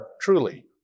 truly